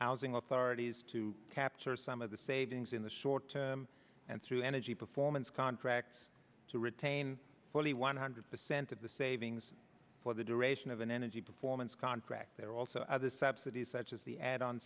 housing authorities to capture some of the savings in the short term and through energy performance contract to retain fully one hundred percent of the savings for the duration of an energy performance contract there are also other subsidies such as the add on